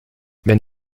wenn